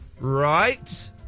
Right